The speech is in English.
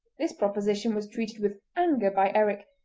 this proposition was treated with anger by eric,